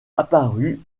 apparut